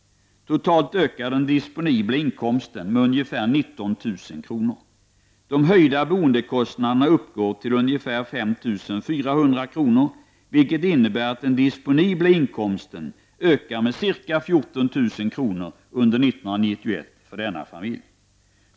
Totalt ökar den disponibla inkomsten med ungefär 19 000 kr. De höjda boendekostnaderna uppgår till ca 5 400 kr., vilket innebär att den disponibla inkomsten ökar med ca 14 000 kr. under 1991 för denna familj.